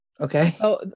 Okay